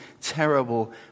terrible